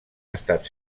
estat